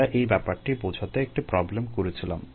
আমরা এই ব্যাপারটি বোঝাতে একটি প্রবলেম করেছিলাম